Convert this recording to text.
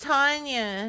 Tanya